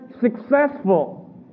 successful